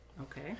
Okay